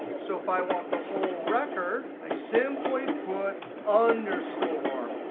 so if i want the whole record, i simply put underscore.